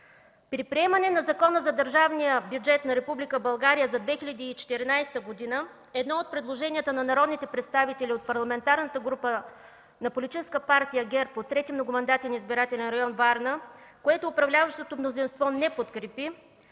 При приемане на Закона за държавния бюджет на Република България за 2014 г. едно от предложенията на народните представители от Парламентарната група на политическа партия ГЕРБ от 3. многомандатен избирателен район – Варна, което управляващото мнозинство не подкрепи,